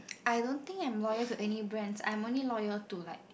I don't think I'm loyal to any brand I am only loyal to like